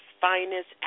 finest